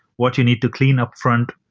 what you need to clean upfront,